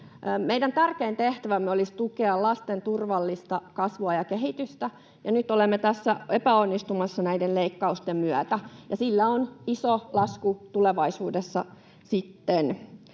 Meidän tärkein tehtävämme olisi tukea lasten turvallista kasvua ja kehitystä. Nyt olemme tässä epäonnistumassa näiden leikkausten myötä, ja sillä on iso lasku tulevaisuudessa.